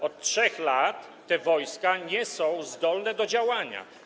Od 3 lat te wojska nie są zdolne do działania.